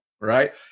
right